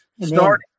Start